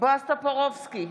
בועז טופורובסקי,